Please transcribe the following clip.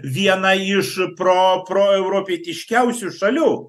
viena iš pro proeuropietiškiausių šalių